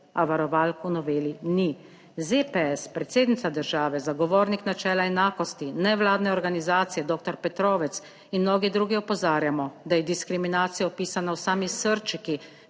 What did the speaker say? a varovalk v noveli ni. ZPS, predsednica države, zagovornik načela enakosti, nevladne organizacije, dr. Petrovec in mnogi drugi opozarjamo, da je diskriminacija vpisana v sami srčiki